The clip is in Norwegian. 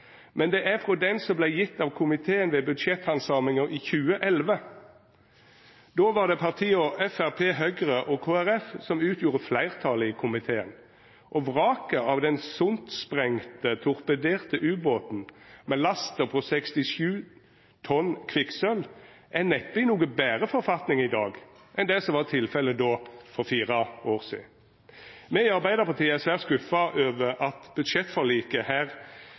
men det er frå den som vart gjeven av komiteen ved budsjetthandsaminga i 2011. Då var det partia Framstegspartiet, Høgre og Kristeleg Folkeparti som utgjorde fleirtalet i komiteen, og vraket av den sundsprengde, torpederte ubåten med lasta på 67 tonn kvikksølv er neppe i noko betre forfatning i dag enn det som var tilfellet for fire år sidan. Me i Arbeidarpartiet er svært skuffa over at budsjettforliket her